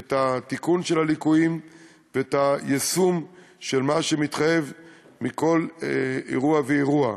את תיקון הליקויים ואת יישום מה שמתחייב מכל אירוע ואירוע.